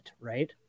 Right